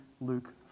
Luke